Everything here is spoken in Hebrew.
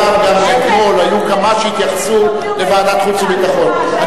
ליושב-ראש ועדת חוץ וביטחון,